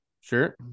sure